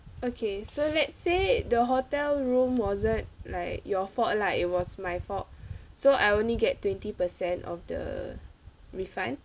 okay so let's say the hotel room wasn't like your fault like it was my fault so I only get twenty percent of the refund